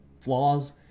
flaws